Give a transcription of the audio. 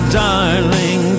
darling